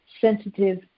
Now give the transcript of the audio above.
sensitive